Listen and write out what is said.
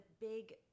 big